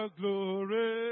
glory